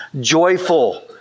joyful